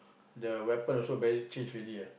the weapon also very change already ah